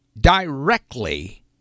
directly